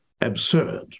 absurd